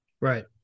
right